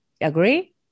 Agree